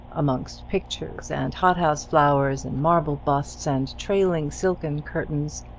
amongst pictures and hothouse flowers and marble busts and trailing silken curtains,